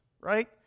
right